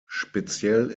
speziell